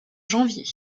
janvier